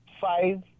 Five